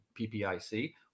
PPIC